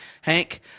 Hank